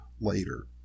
later